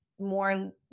more